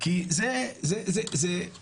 כי זאת עבירה.